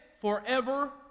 forever